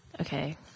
okay